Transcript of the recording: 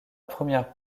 première